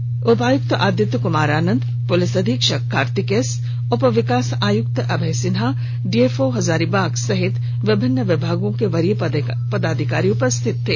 समीक्षा बैठक में उपायुक्त आदित्य कुमार आनंद पुलिस अधीक्षक कार्तिक एस उप विकास आयुक्त अभय सिन्हा डीएफओ हजारीबाग सहित विभिन्न विभागों के वरीय पदाधिकारी उपस्थित थे